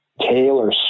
Taylor